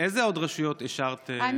לאיזה עוד רשויות אישרת?